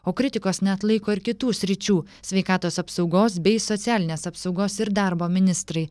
o kritikos neatlaiko ir kitų sričių sveikatos apsaugos bei socialinės apsaugos ir darbo ministrai